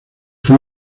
fue